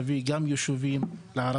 ואין בעיה להביא גם יישובים לערבים,